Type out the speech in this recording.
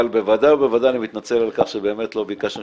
אבל בוודאי ובוודאי אני מתנצל על כך שבאמת לא ביקשנו